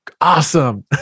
awesome